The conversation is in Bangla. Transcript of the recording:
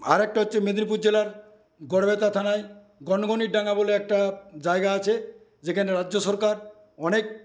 আর একটা হচ্ছে মেদিনীপুর জেলার গড়বেতা থানায় গনগনিরডাঙ্গা বলে একট জায়গা আছে যেখানে রাজ্য সরকার অনেক